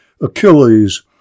Achilles